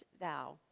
thou